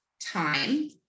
Time